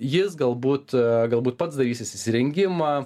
jis galbūt galbūt pats darysis įsirengimą